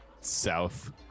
south